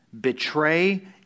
betray